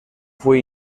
fue